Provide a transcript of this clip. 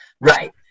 Right